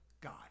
God